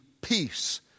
Peace